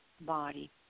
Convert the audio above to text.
body